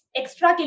extra